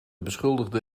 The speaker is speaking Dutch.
beschuldigde